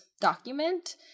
document